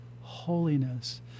Holiness